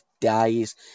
days